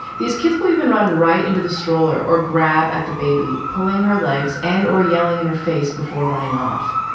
these kids will even run right into the stroller or grab at the baby, pulling her legs and or yelling in her face before running off.